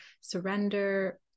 surrender